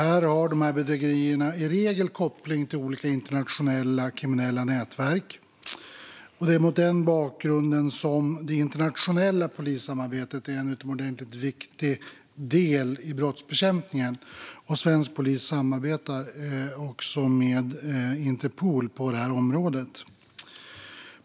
Här har dessa bedrägerier i regel koppling till olika internationella kriminella nätverk. Mot denna bakgrund är det internationella polissamarbetet en utomordentligt viktig del i brottsbekämpningen, och svensk polis samarbetar med Interpol på området.